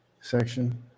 section